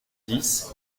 dix